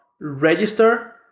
register